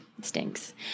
stinks